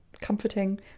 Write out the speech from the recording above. comforting